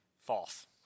False